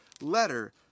letter